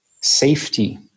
safety